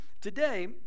Today